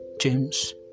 James